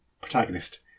protagonist